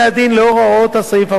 לאור הוראות הסעיף המדובר.